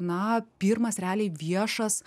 na pirmas realiai viešas